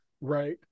Right